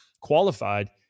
qualified